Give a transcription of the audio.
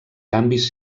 canvis